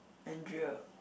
Andrea